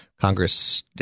Congress